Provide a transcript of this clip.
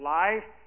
life